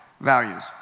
values